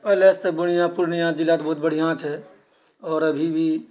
पहिलेसँ तऽ पूर्णियाँ जिला बहुत बढ़ियाँ छै आओर अभी भी